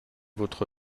votre